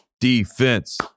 defense